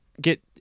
get